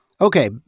Okay